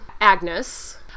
Agnes